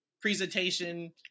presentation